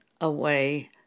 away